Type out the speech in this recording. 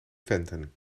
venten